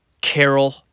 Carol